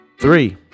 Three